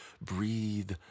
breathe